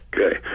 Okay